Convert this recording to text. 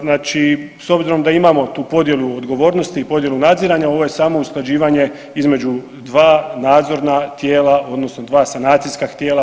Znači s obzirom da imamo tu podjelu odgovornosti i podjelu nadziranja ovo je samo usklađivanje između dva nadzorna tijela, odnosno dva sanacijska tijela.